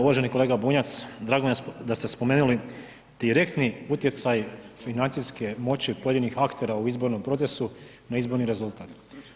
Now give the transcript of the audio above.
Uvaženi kolega Bunjac, drago mi je da ste spomenuli direktni utjecaj financijske moći pojedinih aktera u izbornom procesu na izborni rezultat.